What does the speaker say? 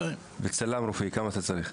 וצלם רפואי, כמה אתה צריך?